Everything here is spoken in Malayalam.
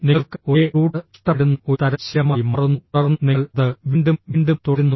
നിങ്ങൾക്ക് ഒരേ റൂട്ട് ഇഷ്ടപ്പെടുന്ന ഒരു തരം ശീലമായി മാറുന്നു തുടർന്ന് നിങ്ങൾ അത് വീണ്ടും വീണ്ടും തുടരുന്നു